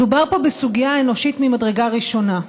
מדובר פה בסוגיה אנושית מדרגה ראשונה.